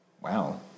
wow